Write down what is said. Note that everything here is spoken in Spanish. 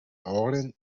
ahorren